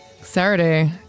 Saturday